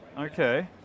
Okay